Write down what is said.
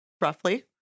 roughly